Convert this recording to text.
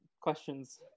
questions